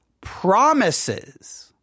promises